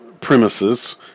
premises